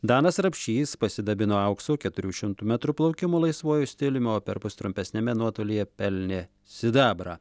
danas rapšys pasidabino auksu keturių šimtų metrų plaukimo laisvuoju stiliumi o perpus trumpesniame nuotolyje pelnė sidabrą